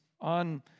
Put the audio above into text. on